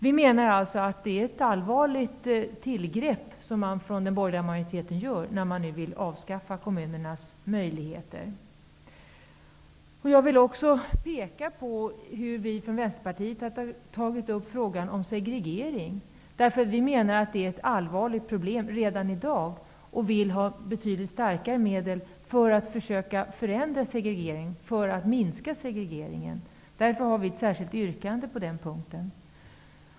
Vi menar att det är ett allvarligt ingrepp som den borgerliga majoriteten gör när man nu vill avskaffa kommunernas möjligheter på detta område. Jag vill också peka på att vi från Vänsterpartiet tagit upp frågan om segregeringen. Vi menar att denna redan i dag är ett allvarligt problem och vill ha betydligt starkare medel för att försöka minska segregeringen. Vi har därför ett särskilt yrkande på den punkten.